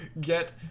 get